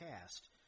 cast